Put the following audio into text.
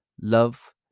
Love